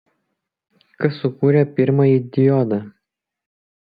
kas sukūrė pirmąjį diodą